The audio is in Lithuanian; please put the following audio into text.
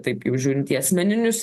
taip jau žiūrint į asmeninius